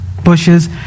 bushes